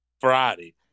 friday